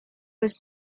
was